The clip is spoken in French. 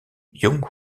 jung